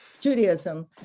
Judaism